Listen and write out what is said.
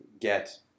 get